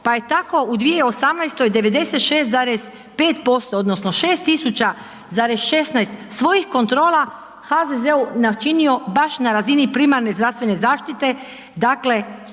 pa je tako u 2018. 96,5% odnosno 6 tisuća zarez 16 svojih kontrola HZZO-u načinio baš na razini primarne zdravstvene zaštite,